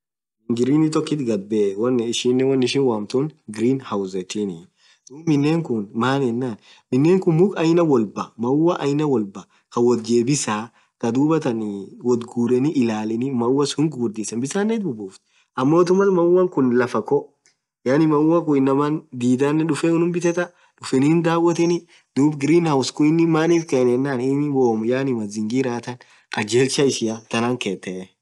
Wonn green tokit ghadbee ishinen wonn ishin wamtun green house yethin dhub minen khun maaenan minen khun mukhh aina wolbaaa maua aina wolbaaa Kaa woth jebisaaa khaa dhuatan woth gureni ilaleni maua sunn ghughurdhisen bisan ithi bubuftha ammothu Mal maua khun laafa khoo yaani maua khun inamaan dhidhane dhufee unnum bithetha ufin hindawotheni dhub green house inin manif khaaeni yenan inn womm mazigiraaa than khaljelchaa ishia thanan kethee